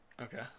Okay